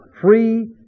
Free